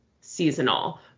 seasonal